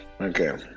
Okay